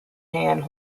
hand